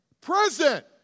present